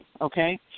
okay